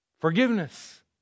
Forgiveness